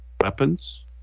weapons